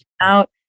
out